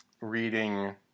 reading